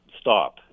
stop